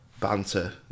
Banter